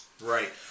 Right